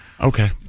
Okay